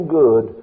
good